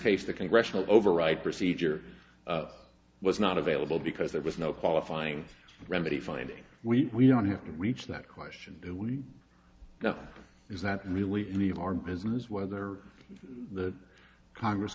case the congressional override procedure was not available because there was no qualifying remedy finding we don't have to reach that question do we know is that really any of our business whether the congress